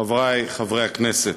חברי חברי הכנסת,